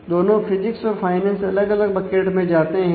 दोनों फिजिक्स और फाइनेंस अलग अलग बकेट में जाते हैं